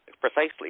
precisely